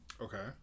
Okay